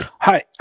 Hi